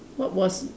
what was